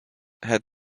had